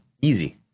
easy